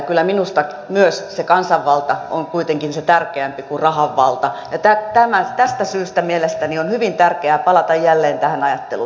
kyllä minusta myös se kansanvalta on kuitenkin tärkeämpi kuin rahanvalta ja tästä syystä mielestäni on hyvin tärkeää palata jälleen tähän ajatteluun